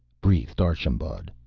breathed archambaud.